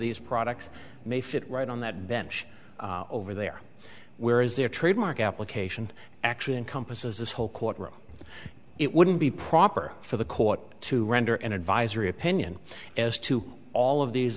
these products may fit right on that bench over there where is their trademark application actually encompasses this whole court room it wouldn't be proper for the court to render an advisory opinion as to all of these